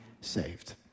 saved